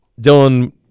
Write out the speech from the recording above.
Dylan